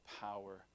power